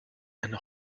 and